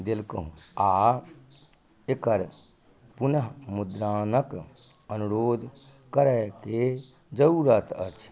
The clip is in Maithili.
देलकहुँ आ एकर पुनः मुद्रणक अनुरोध करय के जरूरत अछि